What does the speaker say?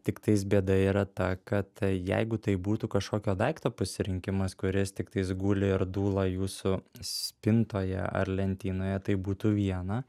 tiktais bėda yra ta kad jeigu tai būtų kažkokio daikto pasirinkimas kuris tiktais guli ir dūla jūsų spintoje ar lentynoje tai būtų viena